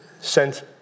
sent